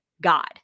god